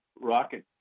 rocket